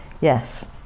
Yes